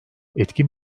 etkin